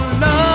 love